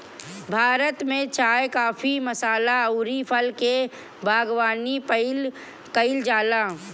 भारत में चाय, काफी, मसाला अउरी फल के बागवानी कईल जाला